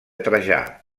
trajà